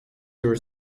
your